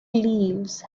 leaves